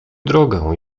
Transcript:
drogę